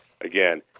again